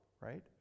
right